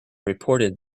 reported